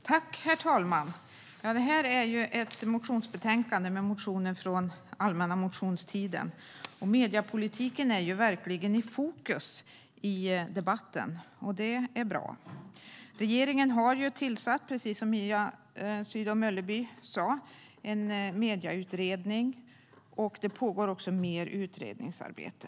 Herr talman! Detta är ett motionsbetänkande med motioner från allmänna motionstiden, och mediepolitiken är verkligen i fokus i debatten. Det är bra. Regeringen har precis som Mia Sydow Mölleby sa tillsatt en medieutredning, och det pågår också mer utredningsarbete.